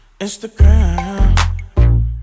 Instagram